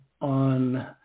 on